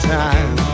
time